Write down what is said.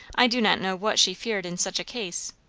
i do not know what she feared in such a case.